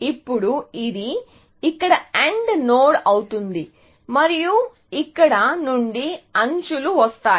ఇప్పుడు ఇది ఇక్కడ AND నోడ్ అవుతుంది మరియు ఇక్కడ నుండి అంచులు వస్తాయి